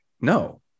No